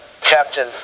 Captain